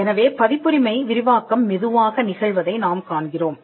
எனவே பதிப்புரிமை விரிவாக்கம் மெதுவாக நிகழ்வதை நாம் காண்கிறோம்